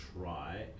try